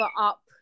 up